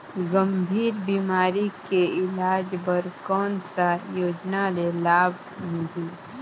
गंभीर बीमारी के इलाज बर कौन सा योजना ले लाभ मिलही?